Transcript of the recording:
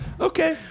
Okay